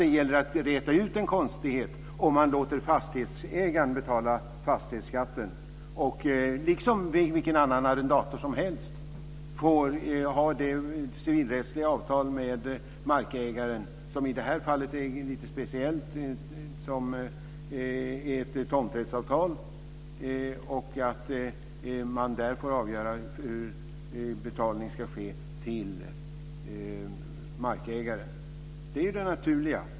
Det gäller att räta ut konstigheten och låta markägaren betala fastighetsskatten. Sedan får markägaren ha ett civilrättsligt avtal med arrendatorn, i detta speciella fall ett tomträttsavtal, där man avgör hur betalning ska ske till markägaren. Det är det naturliga.